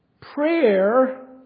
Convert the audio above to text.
Prayer